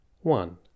One